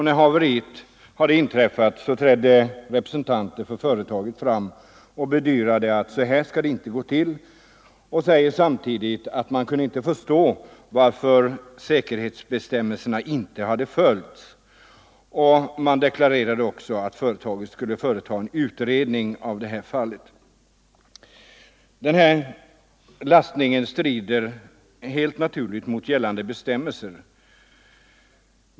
När haveriet hade inträffat trädde representanter för företaget fram och bedyrade att så här skall det inte gå till — och sade samtidigt att man inte kunde förstå varför säkerhetsbestämmelserna inte hade följts. Man deklarerade också att företaget skulle företa en utredning av det här fallet. Den här lastningen strider helt naturligt mot gällande bestämmelser.